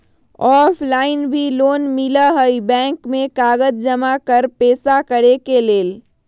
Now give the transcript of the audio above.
Offline भी loan मिलहई bank में कागज जमाकर पेशा करेके लेल?